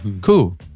Cool